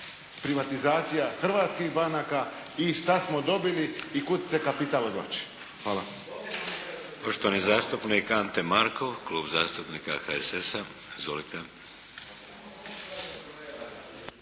privatizacija hrvatskih banaka i šta smo dobili i kuda se kapital odvlači. Hvala.